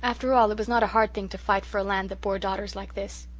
after all it was not a hard thing to fight for a land that bore daughters like this.